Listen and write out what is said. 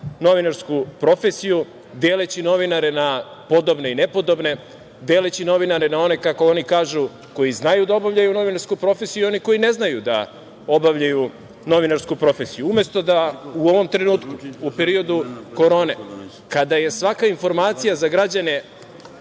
novinarsku profesiju deleći novinare na podobne i nepodobne, deleći novinare na one, kako oni kažu, koji znaju da obavljaju novinarsku profesiju i one koji ne znaju da obavljaju novinarsku profesiju. Umesto da u ovom trenutku, u periodu korone, kada je svaka informacija za građane,